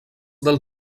del